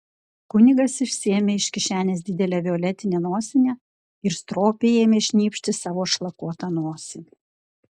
kunigas išsiėmė iš kišenės didelę violetinę nosinę ir stropiai ėmė šnypšti savo šlakuotą nosį